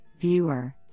viewer